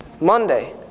Monday